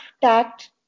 tact